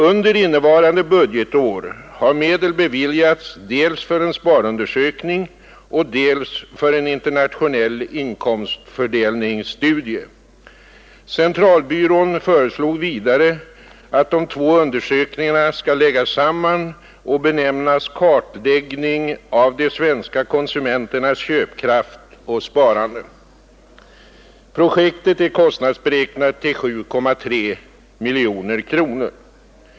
Under innevarande budgetår har medel beviljats dels för en sparundersökning, dels för en internationell inkomstfördelningsstudie. Centralbyrån föreslog vidare att de två undersökningarna skall läggas samman och benämnas Kartläggning av de svenska konsumenternas köpkraft och sparande. Projektet är kostnadsberäknat till 7,3 miljoner kronor.